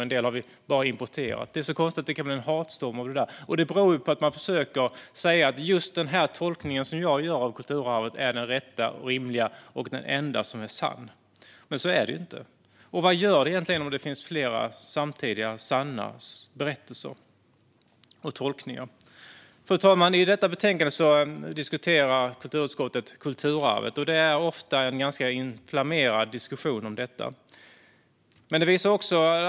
En del har vi bara importerat. Det är konstigt att det kan bli en hatstorm av det där. Detta beror på att man försöker säga att just den tolkning av kulturarvet som man själv gör är den rätta och rimliga och den enda sanna. Så ligger det dock inte till. Vad gör det om det finns flera, samtidiga och sanna berättelser och tolkningar? I detta betänkande diskuterar kulturutskottet kulturarvet. Diskussionen om detta är ofta inflammerad.